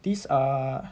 these are